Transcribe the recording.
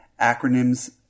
acronyms